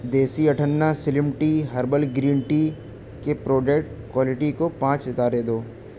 دیسی اٹھنہ slim tea herbal green tea کے پروڈکٹ کوالٹی کو پانچ ستارے دو